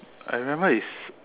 I remember is